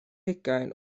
hugain